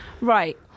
Right